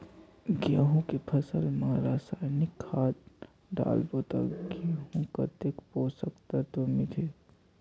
गंहू के फसल मा रसायनिक खाद डालबो ता गंहू कतेक पोषक तत्व मिलही?